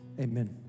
amen